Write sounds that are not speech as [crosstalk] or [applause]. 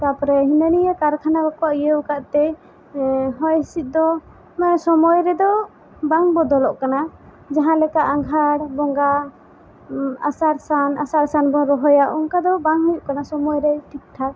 ᱛᱟᱨᱯᱚᱨᱮ ᱦᱤᱱᱟᱹ ᱱᱤᱭᱟᱹ ᱠᱟᱨᱠᱷᱟᱱᱟ ᱠᱚᱠᱚ ᱤᱭᱟᱹᱣ ᱠᱟᱜ ᱛᱮ [unintelligible] ᱦᱚᱭ ᱦᱤᱥᱤᱫ ᱫᱚ ᱥᱚᱢᱚᱭ ᱥᱚᱢᱚᱭ ᱨᱮᱫᱚ ᱵᱟᱝ ᱵᱚᱫᱚᱞᱚᱜ ᱠᱟᱱᱟ ᱡᱟᱦᱟᱸ ᱞᱮᱠᱟ ᱟᱜᱷᱟᱬ ᱵᱚᱸᱜᱟ ᱟᱥᱟᱲ ᱥᱟᱱ ᱟᱥᱟᱲ ᱥᱟᱱ ᱵᱚᱱ ᱨᱚᱦᱚᱭᱟ ᱚᱱᱠᱟ ᱫᱚ ᱵᱟᱝ ᱦᱩᱭᱩᱜ ᱠᱟᱱᱟ ᱥᱚᱢᱚᱭ ᱨᱮ ᱴᱷᱤᱠ ᱴᱷᱟᱠ